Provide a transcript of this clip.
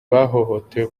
bahohotewe